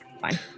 fine